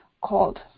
called